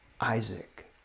Isaac